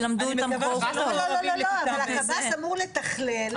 מרוב עצים כבר לא רואים את היער ובטח לא שומעים את הזעקות של ההורים